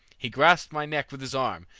he grasped my neck with his arm,